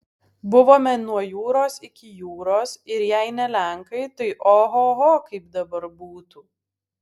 buvome nuo jūros iki jūros ir jei ne lenkai tai ohoho kaip dabar būtų